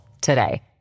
today